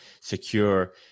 secure